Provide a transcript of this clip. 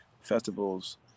festivals